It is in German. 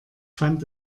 fand